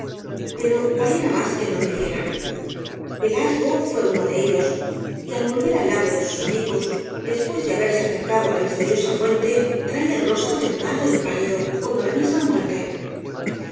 pero valiera más que no lo hicieran pelasgo fué uno de ellos y al volver al lado de sus amigos después de haberse acercado á la misteriosa fuente traía el rostro demudado y pálido como la misma muerte